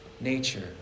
nature